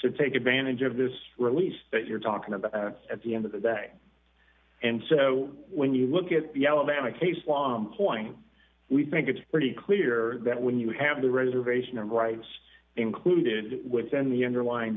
to take advantage of this release that you're talking about at the end of the day and so when you look at the alabama case law point we think it's pretty clear that when you have the reservation rights included within the underlying